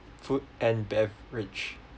food and beverage